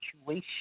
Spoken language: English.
situation